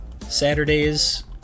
Saturdays